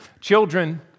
Children